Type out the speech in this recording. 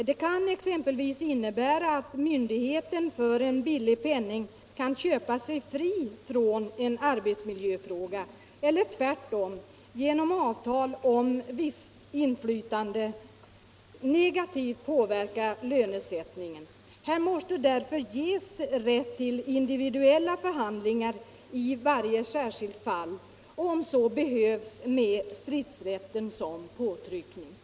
Det kan exempelvis innebära att myndigheten för en billig penning kan köpa sig fri från en arbetsmiljöfråga eller tvärtom genom avtal om visst inflytande negativt kan påverka lönesättningen. Här måste därför ges rätt till individuella förhandlingar i varje särskilt fall, om så behövs med stridsrätten som påtryckningsmedel.